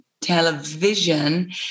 television